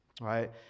Right